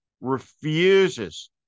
refuses